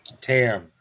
Tam